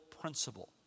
principle